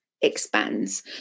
expands